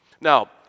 Now